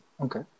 okay